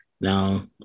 Now